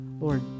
Lord